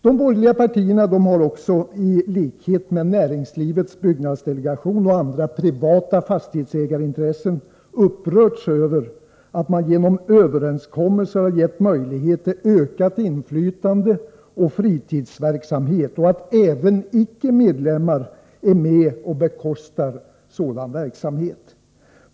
De borgerliga partierna har också, i likhet med Näringslivets byggnadsdelegation och andra privata fastighetsintressen, upprörts över att överenskommelser gett möjlighet till ökat inflytande och fritidsverksamhet och att även icke medlemmar är med och bekostar sådan verksamhet.